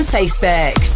Facebook